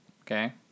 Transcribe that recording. Okay